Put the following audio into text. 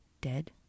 Dead